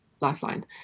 Lifeline